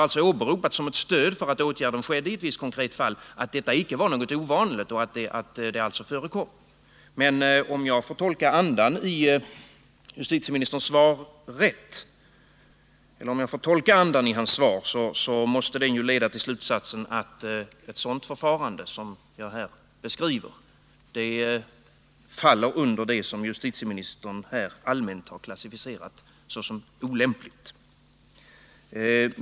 Att detta icke var något ovanligt har alltså åberopats som stöd för att åtgärden vidtogs i ett visst fall. Men om jag får tolka andan i justitieministerns svar, måste det leda till slutsatsen att ett sådant förfarande som det jag här har beskrivit faller under det som justitieministern allmänt har klassificerat såsom olämpligt.